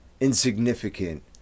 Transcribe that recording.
insignificant